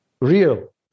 real